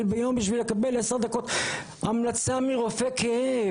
ביום בשביל לקבל עשר דקות המלצה מרופא כאב.